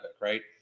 Right